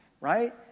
right